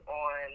on